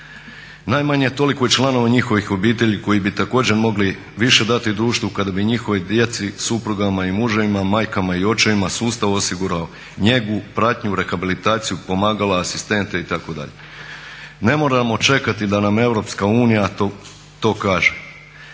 Najmanje je toliko i članova njihovih obitelji koji bi također mogli više dati društvu, kada bi njihovoj djeci, suprugama i muževima, majkama i očevima sustav osigurao njegu, pratnju, rehabilitaciju, pomagala, asistente itd.. Ne moramo čekati da nam Europska unija to kaže.